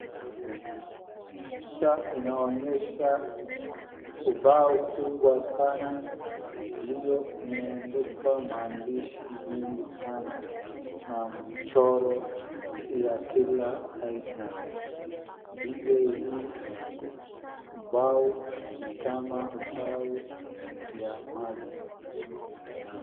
Picha inaonyesha ubao kubwa sana iliyo imeandikwa maandishi mengi sana na mchoro ya kila aina vile hii ubao ni kama ubao ya maji.